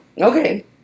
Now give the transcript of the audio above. Okay